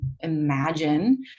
imagine